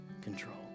control